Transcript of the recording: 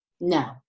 No